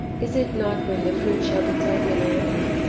is it not when the fruit shall be taken away,